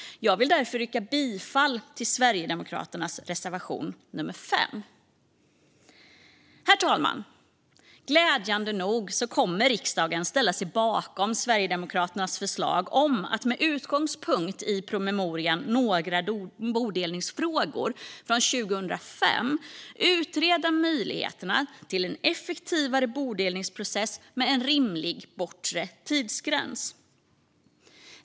Jag vill därför yrka bifall till Sverigedemokraternas reservation nummer 5. Herr talman! Glädjande nog kommer riksdagen att ställa sig bakom Sverigedemokraternas förslag om att med utgångspunkt i promemorian Några bodelningsfrågor från 2005 utreda möjligheterna till en effektivare bodelningsprocess med en rimlig bortre tidsgräns.